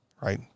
right